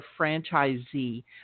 franchisee